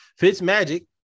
Fitzmagic